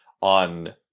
on